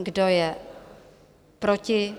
Kdo je proti?